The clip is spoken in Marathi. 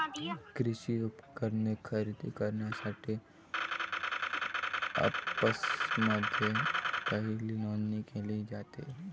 कृषी उपकरणे खरेदी करण्यासाठी अँपप्समध्ये पहिली नोंदणी केली जाते